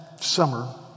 summer